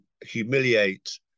humiliate